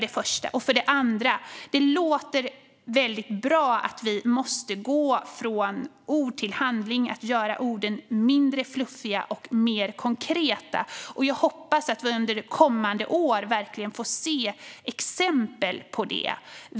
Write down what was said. Det andra är: Det låter väldigt bra att vi måste gå från ord till handling och göra orden mindre fluffiga och mer konkreta. Jag hoppas att vi under kommande år verkligen får se exempel på det.